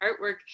artwork